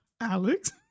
Alex